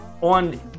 on